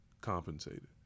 compensated